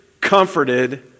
comforted